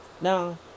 Now